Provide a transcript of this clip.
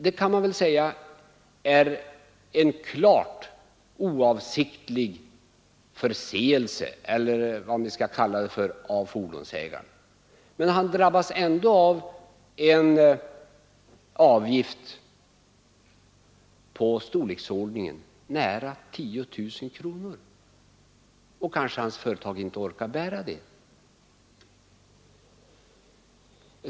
Detta kan man väl säga är en klart oavsiktlig förseelse — eller vad vi skall kalla det för — av fordonsägaren. Men han drabbas ändå av en avgift i storleksordningen nära 10 000 kronor, och hans företag orkar kanske inte bära den.